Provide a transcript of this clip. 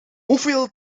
hoeveel